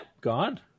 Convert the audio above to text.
gone